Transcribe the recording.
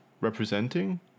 representing